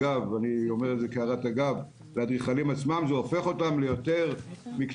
ואני אומר את זה כהערת אגב כי זה הופך את האדריכלים ליותר מקצועיים,